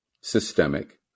systemic